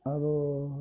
ಅದೂ